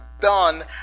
done